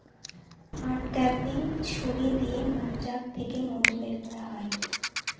uncapping ছুরি দিয়ে মৌচাক থেকে মধু বের করা হয়